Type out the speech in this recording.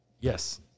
yes